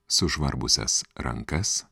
sužvarbusias rankas